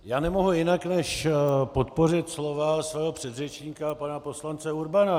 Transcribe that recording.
Já nemohu jinak než podpořit slova svého předřečníka pana poslance Urbana.